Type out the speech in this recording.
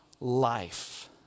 life